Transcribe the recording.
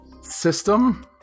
system